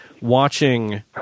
watching